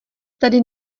tady